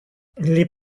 les